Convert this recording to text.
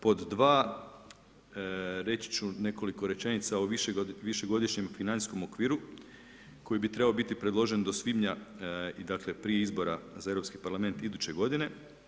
Pod dva, reći ću nekoliko rečenica o višegodišnjem financijskom okviru koji bi trebao biti predložen do svibnja i dakle prije izbora za Europski parlament iduće godine.